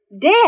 Dead